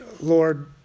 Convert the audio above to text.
Lord